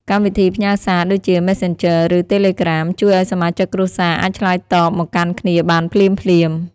កម្មវិធីផ្ញើសារ ដូចជា Messengerឬ Telegram ជួយឱ្យសមាជិកគ្រួសារអាចឆ្លើយតបមកកាន់គ្នាបានភ្លាមៗ។